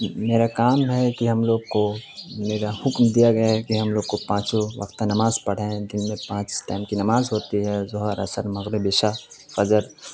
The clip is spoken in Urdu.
میرا کام ہے کہ ہم لوگ کو میرا حکم دیا گیا ہے کہ ہم لوگ کو پانچوں وقت نماز پڑھیں دن میں پانچ ٹائم کی نماز ہوتی ہے ظہر اثر مغرب عشا فجر